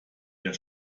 der